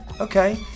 Okay